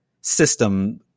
system